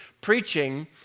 preaching